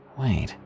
Wait